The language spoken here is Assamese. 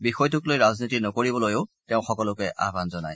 বিষয়টোক লৈ ৰাজনীতি নকৰিবলৈও তেওঁ সকলোকে আহান জনায়